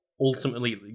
ultimately